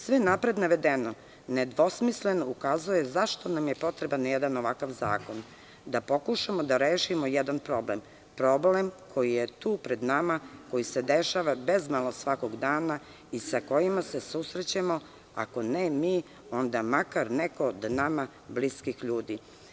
Sve napred navedeno, nedvosmisleno ukazuje zašto nam je potreban jedan ovakav zakon, da pokušamo i rešimo jedan problem, problem koji je pred nama i koji se dešava bezmalo svakog dana i sa kojim se susrećemo, ako ne mi, onda makar od nama bliskih ljudi.